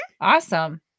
Awesome